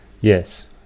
Yes